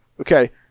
okay